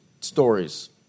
stories